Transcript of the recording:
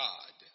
God